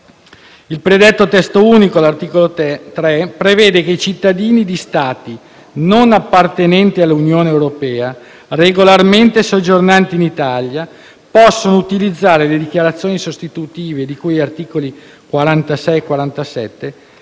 Il predetto testo unico, all'articolo 3, prevede che i cittadini di Stati non appartenenti all'Unione europea regolarmente soggiornanti in Italia, possono utilizzare le dichiarazioni sostitutive, di cui articoli 46 e 47